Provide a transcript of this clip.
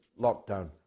lockdown